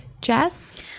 Jess